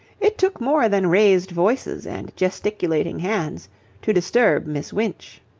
it took more than raised voices and gesticulating hands to disturb miss winch.